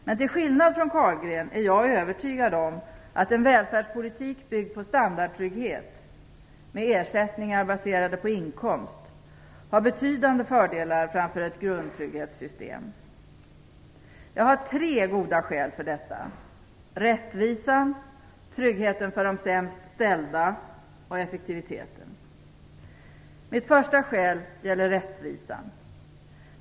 Men till skillnad från Carlgren är jag övertygad om att en välfärdspolitik byggd på standardtrygghet - med ersättningar baserade på inkomst - har betydande fördelar framför ett grundtrygghetssystem. Jag har tre goda skäl för detta: rättvisan, tryggheten för de sämst ställda och effektiviteten. Mitt första skäl gäller rättvisan.